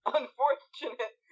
unfortunate